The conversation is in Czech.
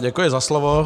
Děkuji za slovo.